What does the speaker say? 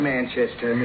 Manchester